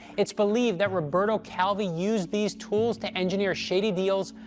it's believed that roberto calvi used these tools to engineer shady deals,